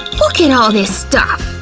look at all this stuff!